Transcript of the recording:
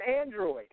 Android